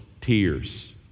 tears